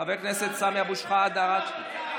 חבר הכנסת סמי אבו שחאדה, יבגני,